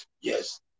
Yes